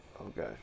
Okay